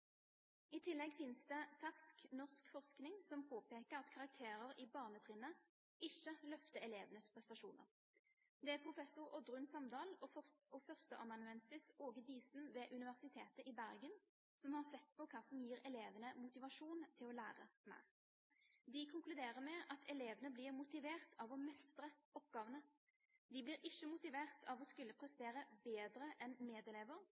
I tillegg finnes det fersk norsk forskning som påpeker at karakterer på barnetrinnet ikke løfter elevenes prestasjoner. Professor Oddrun Samdal og førsteamanuensis Åge Diseth ved Universitetet i Bergen har sett på hva som gir elevene motivasjon til å lære mer. De konkluderer med at elevene blir motivert av å mestre oppgavene. De blir ikke motivert av å skulle prestere bedre enn medelever,